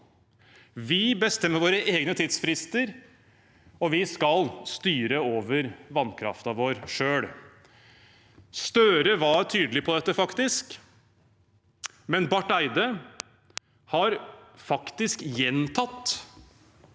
Vi bestemmer våre egne tidsfrister, og vi skal styre over vannkraften vår selv. Støre var faktisk tydelig på dette, men Barth Eide har faktisk gjentatt